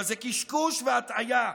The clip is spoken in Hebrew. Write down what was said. אבל זה קשקוש והטעיה,